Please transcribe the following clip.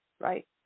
Right